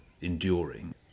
enduring